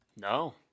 No